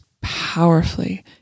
powerfully